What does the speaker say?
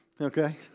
okay